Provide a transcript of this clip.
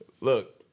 Look